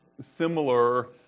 similar